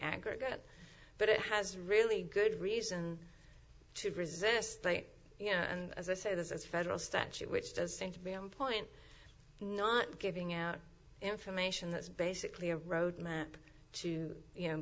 aggregate but it has really good reason to resist you know and as i say there's a federal statute which does seem to be on point not giving out information that's basically a road map to you know